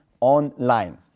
online